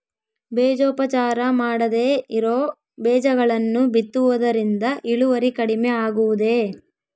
ಬೇಜೋಪಚಾರ ಮಾಡದೇ ಇರೋ ಬೇಜಗಳನ್ನು ಬಿತ್ತುವುದರಿಂದ ಇಳುವರಿ ಕಡಿಮೆ ಆಗುವುದೇ?